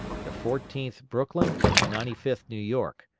the fourteenth brooklyn and the ninety fifth new york,